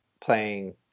playing